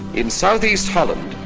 in southeast holland,